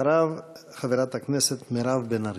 אחריו, חברת הכנסת מירב בן ארי.